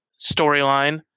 storyline